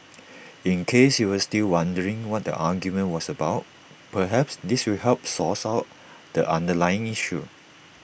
in case you were still wondering what the argument was about perhaps this will help source out the underlying issue